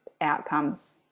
outcomes